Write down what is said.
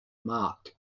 marked